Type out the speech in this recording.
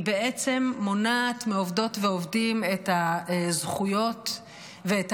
היא בעצם מונעת מעובדות ומעובדים את הזכויות ואת